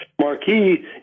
Marquee